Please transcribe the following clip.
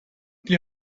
die